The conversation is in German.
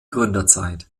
gründerzeit